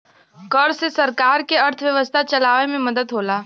कर से सरकार के अर्थव्यवस्था चलावे मे मदद होला